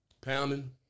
pounding